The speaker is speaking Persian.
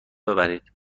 ببرین